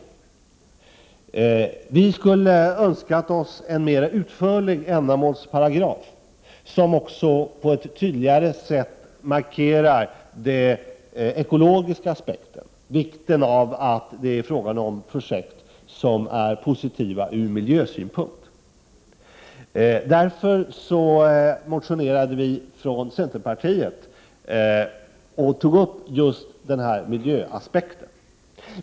Från centerpartiets sida skulle vi ha önskat en mera utförlig ändamålsparagraf, som på ett tydligare sätt markerar den ekologiska aspekten, dvs. vikten av att det är fråga om projekt som är positiva ur miljösynpunkt. Därför motionerade vi om just miljöaspekten.